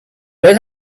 let